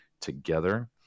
together